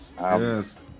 Yes